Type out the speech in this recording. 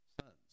sons